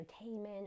entertainment